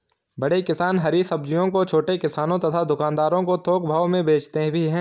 बड़े किसान हरी सब्जियों को छोटे किसानों तथा दुकानदारों को थोक भाव में भेजते भी हैं